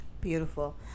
beautiful